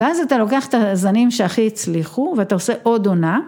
ואז אתה לוקח את הזנים שהכי הצליחו ואתה עושה עוד עונה.